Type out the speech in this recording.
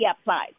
applied